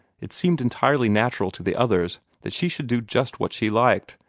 it seemed entirely natural to the others that she should do just what she liked,